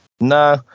No